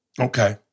okay